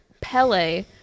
pele